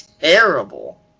terrible